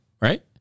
right